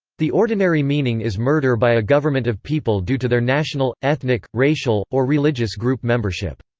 the ordinary meaning is murder by a government of people due to their national, ethnic, racial, or religious group membership.